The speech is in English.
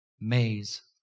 maze